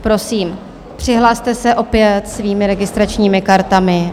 Prosím, přihlaste se opět svými registračními kartami.